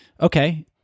Okay